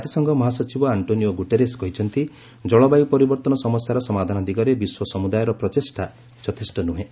କାତିସଂଘ ମହାସଚିବ Antonio Guterres କହିଛନ୍ତି ଜଳବାୟୁ ପରିବର୍ତ୍ତନ ସମସ୍ୟାର ସମାଧାନ ଦିଗରେ ବିଶ୍ୱ ସମୁଦାୟର ପ୍ରଚେଷ୍ଟା ଯଥେଷ୍ଟ ନୁହେଁ